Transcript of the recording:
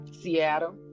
Seattle